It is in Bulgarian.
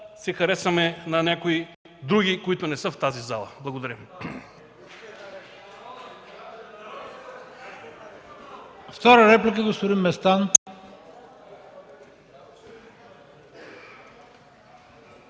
се харесаме на някои други, които не са в тази зала. Благодаря.